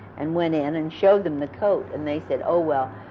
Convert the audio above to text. and went in, and showed them the coat, and they said, oh, well,